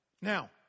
Now